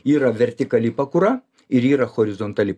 yra vertikali pakura ir yra horizontali